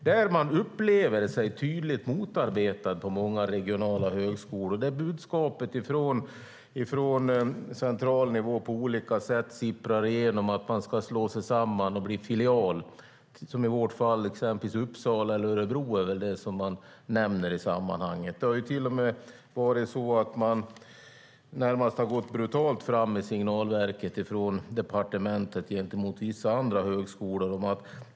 På många regionala högskolor upplever man sig tydligt motarbetad när budskapet från central nivå på olika sätt sipprar igenom, att man ska slå sig samman och bli filial. I vårt fall är Uppsala eller Örebro det man nämner i sammanhanget. Det har till och med varit så att man har gått närmast brutalt fram med signalverket från departementet gentemot vissa andra högskolor.